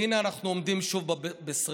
והינה אנחנו עומדים שוב בשרפה.